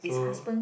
so